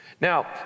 Now